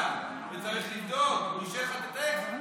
שעליו יש להקפיד, שבין זכות